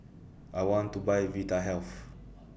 I want to Buy Vitahealth